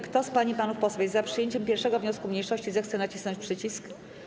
Kto z pań i panów posłów jest za przyjęciem 1. wniosku mniejszości, zechce nacisnąć przycisk.